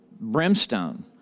brimstone